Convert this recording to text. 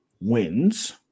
wins